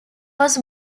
was